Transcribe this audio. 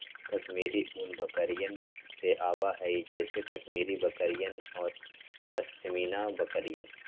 कश्मीरी ऊन बकरियन से आवा हई जैसे कश्मीरी बकरियन और पश्मीना बकरियन